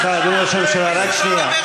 סליחה, אדוני ראש הממשלה, רק שנייה.